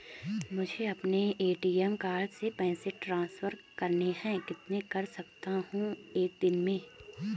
मुझे अपने ATM card से पैसे ट्रांसफर करने हैं कितने कर सकता हूँ एक दिन में?